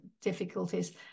difficulties